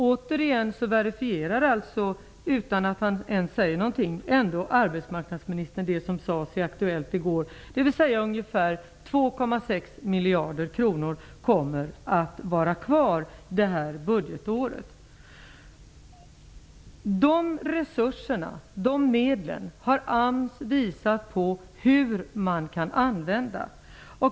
Återigen verifierar arbetsmarknadsministern, utan att ens säga någonting, det som sades i Aktuellt i går: Ungefär 2,6 miljarder kronor kommer att vara kvar det här budgetåret. AMS har visat på hur man kan avända de resurserna, de medlen.